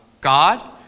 God